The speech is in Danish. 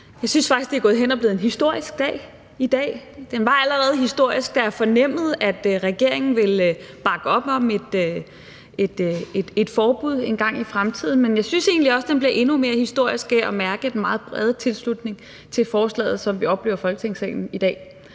Jeg synes faktisk, det er gået hen og blevet en historisk dag i dag. Den var allerede historisk, da jeg fornemmede, at regeringen ville bakke op om et forbud engang i fremtiden, men jeg synes egentlig også, at den bliver endnu mere historisk af, at man mærker den meget brede tilslutning til forslaget, som vi oplever i Folketingssalen i dag.